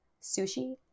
sushi